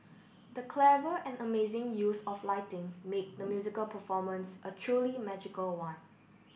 the clever and amazing use of lighting made the musical performance a truly magical one